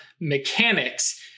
mechanics